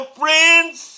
friends